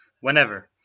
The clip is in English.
whenever